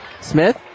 Smith